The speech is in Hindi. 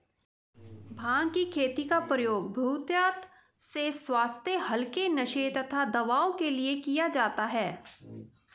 भांग की खेती का प्रयोग बहुतायत से स्वास्थ्य हल्के नशे तथा दवाओं के लिए किया जाता है